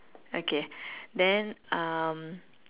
okay then um